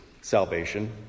salvation